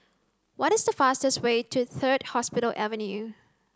what is the fastest way to Third Hospital Avenue